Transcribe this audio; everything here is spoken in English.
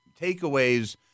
Takeaways